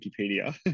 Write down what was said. Wikipedia